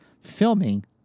filming